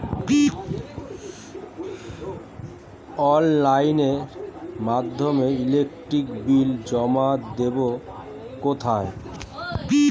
অফলাইনে এর মাধ্যমে ইলেকট্রিক বিল জমা দেবো কোথায়?